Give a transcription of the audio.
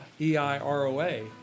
E-I-R-O-A